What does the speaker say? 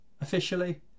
officially